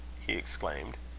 he exclaimed.